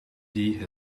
die